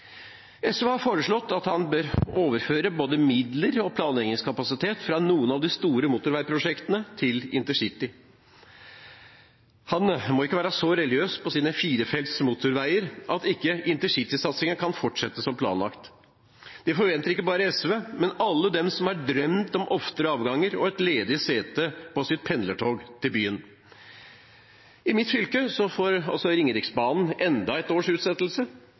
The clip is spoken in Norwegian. SV har foreslått at han bør overføre både midler og planleggingskapasitet fra noen av de store motorveiprosjektene til InterCity. Han må ikke være så religiøs med tanke på sine firefelts motorveier at InterCity-satsingen ikke kan fortsette som planlagt. Det forventer ikke bare SV, men også alle de som har drømt om oftere avganger og et ledig sete på sitt pendlertog til byen. I mitt fylke får Ringeriksbanen enda et års utsettelse.